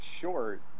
short